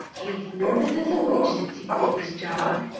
he's nervous as a witch since he quit his job.